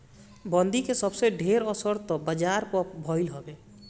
बंदी कअ सबसे ढेर असर तअ बाजार पअ भईल हवे